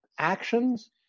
Actions